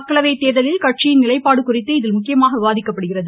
மக்களவை தேர்தலில் கட்சியின் நிலைப்பாடு குறித்து இதில் முக்கியமாக விவாதிக்கப்படுகிறது